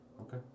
Okay